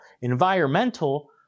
environmental